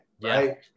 right